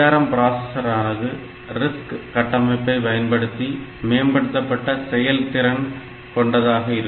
ARM பிராசசரானது RISC கட்டமைப்பை பயன்படுத்தி மேம்படுத்தப்பட்ட செயல் திறன் கொண்டதாக இருக்கும்